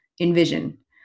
envision